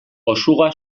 osuga